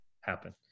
happen